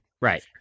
Right